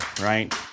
right